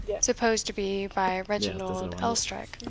supposed to be by reginald elstracke,